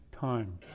time